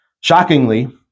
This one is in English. Shockingly